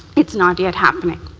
it's not yet happening.